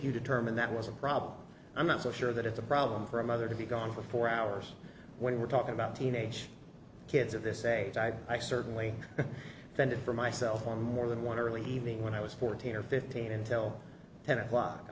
you determine that was a problem i'm not so sure that it's a problem for a mother to be gone for four hours when we're talking about teenage kids of this age i certainly fend for myself or more than one early evening when i was fourteen or fifteen until ten o'clock i